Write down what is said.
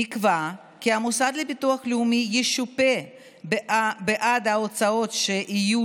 נקבע כי המוסד לביטוח לאומי ישופה בעד ההוצאות שיהיו